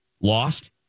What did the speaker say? lost